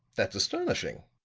that's astonishing.